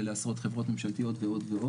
ולעשרות חברות ממשלתיות ועוד.